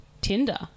Tinder